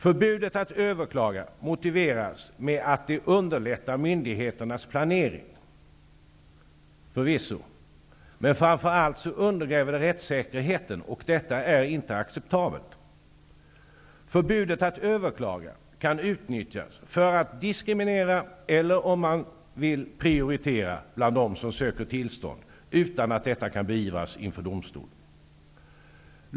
Förbudet att överklaga motiveras med att det underlättar myndigheternas planering. Förvisso -- men framför allt undergräver det rättssäkerheten, och detta är inte acceptabelt. Förbudet att överklaga kan utnyttjas för att diskriminera -- eller om man så vill, prioritera -- bland dem som söker tillstånd, utan att detta kan beivras inför domstol.